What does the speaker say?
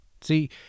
See